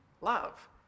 love